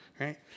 right